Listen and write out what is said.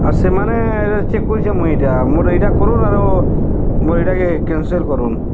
ଆଉ ସେମାନେ ଚେକ୍ କରିଛନ୍ତି ମୁଁ ଏଇଟା ମୋର ଏଇଟା କରନ୍ତୁ ଆରୁ ମୋର ଏଇଟା କ୍ୟାନସେଲ୍ କରନ୍ତୁ